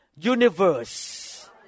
universe